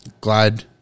glad